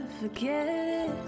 forget